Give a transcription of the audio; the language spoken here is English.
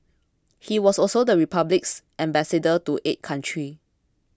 he was also the Republic's Ambassador to eight countries